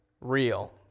real